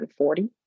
140